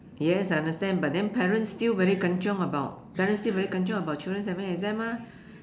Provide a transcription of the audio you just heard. yes I understand but then parents still very kan-chiong about parents still very kan-chiong about children having exam mah